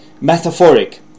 metaphoric